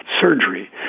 surgery